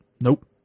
nope